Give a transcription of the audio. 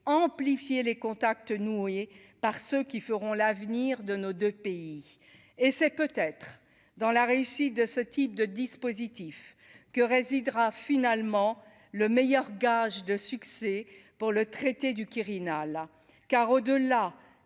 amplifier les contacts noués par ceux qui feront l'avenir de nos 2 pays et c'est peut-être dans la réussite de ce type de dispositif que résidera finalement le meilleur gage de succès pour le traité du Quirinal car au-delà